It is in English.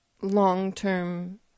long-term